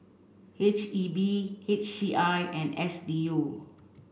H E B H C I and S D U